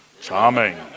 charming